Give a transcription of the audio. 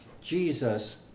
Jesus